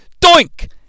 Doink